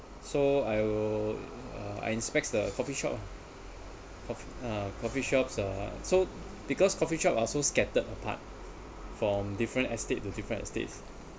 so I will uh I inspects the coffeeshop of (uh )coffeeshops uh so because coffeeshops are so scattered apart from different estates to different estates